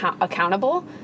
accountable